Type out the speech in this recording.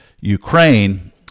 Ukraine